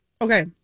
Okay